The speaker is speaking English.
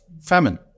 famine